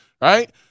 right